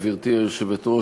גברתי היושבת-ראש,